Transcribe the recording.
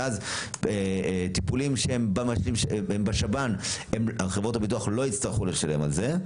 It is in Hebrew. ואז טיפולים שהם בשב"ן הם חברות הביטוח לא יצטרכו לשלם על זה.